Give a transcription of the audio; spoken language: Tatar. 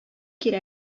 кирәк